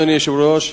אדוני היושב-ראש.